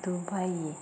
Dubai